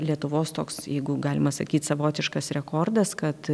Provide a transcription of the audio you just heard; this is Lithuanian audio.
lietuvos toks jeigu galima sakyt savotiškas rekordas kad